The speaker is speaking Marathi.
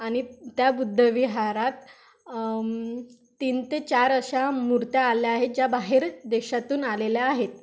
आणि त्या बुद्धविहारात तीन ते चार अशा मूर्त्या आल्या आहेत ज्या बाहेर देशातून आलेल्या आहेत